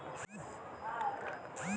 कृषि ऋण प्राप्त करने की पात्रता क्या है?